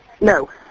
No